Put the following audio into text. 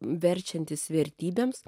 verčiantis vertybėms